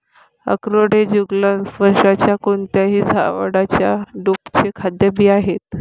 अक्रोड हे जुगलन्स वंशाच्या कोणत्याही झाडाच्या ड्रुपचे खाद्य बिया आहेत